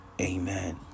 amen